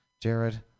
Jared